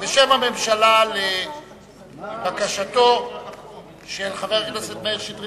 בשם הממשלה לבקשתו של חבר הכנסת מאיר שטרית